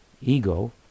ego